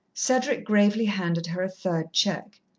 cedric gravely handed her a third cheque.